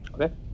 Okay